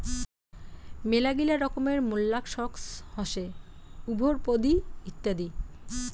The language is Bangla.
মেলাগিলা রকমের মোল্লাসক্স হসে উভরপদি ইত্যাদি